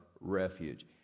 refuge